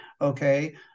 okay